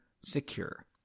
secure